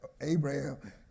Abraham